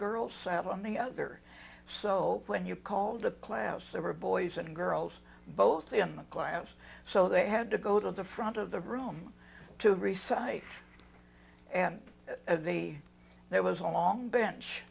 girls sat on the other so when you called a class there were boys and girls both in the class so they had to go to the front of the room to resize and there was a long bench